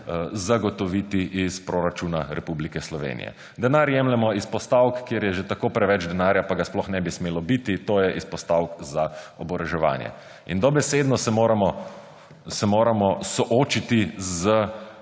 zagotoviti iz proračuna Republike Slovenije. Denar jemljemo s postavk, kjer je že tako preveč denarja, pa ga sploh ne bi smelo biti, to je s postavk za oboroževanje. Dobesedno se moramo soočiti z